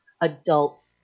Adults